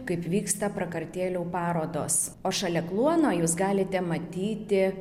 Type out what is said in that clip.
kaip vyksta prakartėlių parodos o šalia kluono jūs galite matyti